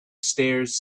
stairs